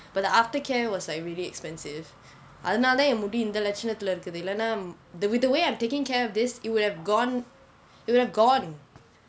but the aftercare was like really expensive அதனால தான் என் முடி இந்த லட்சணத்தில் இருக்குது இல்லைனா:athanaala thaan en mudi intha latchanathila irukkuthu illainaa the we the way I'm taking care of this it would have gone it would have gone